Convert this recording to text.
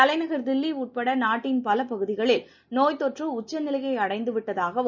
தலைநகர் தில்லி உட்பட நாட்டின் பல பகுதிகளில் நோய்த் தொற்று உச்சநிலையை அடைந்துவிட்டதாகவும்